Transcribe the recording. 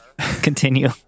continue